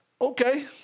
Okay